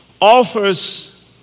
offers